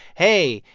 hey,